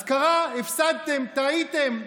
אז קרה, הפסדתם, טעיתם.